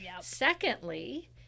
Secondly